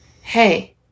hey